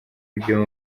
byo